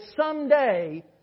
someday